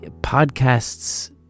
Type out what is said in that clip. podcasts